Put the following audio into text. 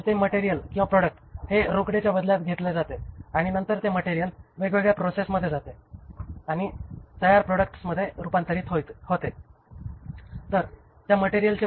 तर ते मटेरियल किंवा प्रॉडक्ट हे रोकडेच्या बदल्यात घेतले जाते आणि नंतर ते मटेरियल वेगवेगळ्या प्रोसेसमध्ये जाईल आणि तयार प्रॉडक्टमध्ये रूपांतरित होईल